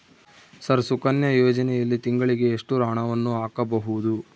Sir Sukanya ಯೋಜನೆಯಲ್ಲಿ ತಿಂಗಳಿಗೆ ಎಷ್ಟು ಹಣವನ್ನು ಹಾಕಬಹುದು?